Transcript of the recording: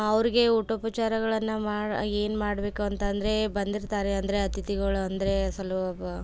ಅವ್ರಿಗೆ ಊಟೋಪಚಾರಗಳನ್ನು ಮಾ ಏನು ಮಾಡಬೇಕು ಅಂತಂದರೆ ಬಂದಿರ್ತಾರೆ ಅಂದರೆ ಅತಿಥಿಗಳು ಅಂದರೆ ಸ್ವಲ್ಪ